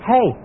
Hey